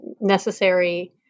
necessary